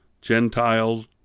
Gentiles